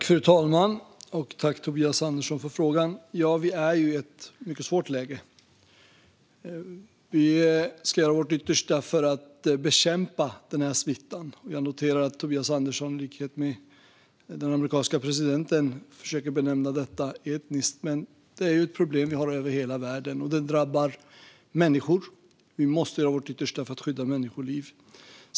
Fru talman! Ja, vi är i ett mycket svårt läge. Vi ska göra vårt yttersta för att bekämpa denna smitta. Jag noterar att Tobias Andersson i likhet med den amerikanske presidenten försöker benämna den etniskt, men detta är ett problem vi har över hela världen. Det drabbar människor. Vi måste göra vårt yttersta för att skydda människoliv.